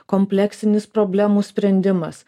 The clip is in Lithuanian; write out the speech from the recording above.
kompleksinis problemų sprendimas